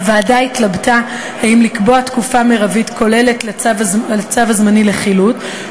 הוועדה התלבטה אם לקבוע תקופה מרבית כוללת לצו הזמני לחילוט,